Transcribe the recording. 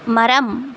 மரம்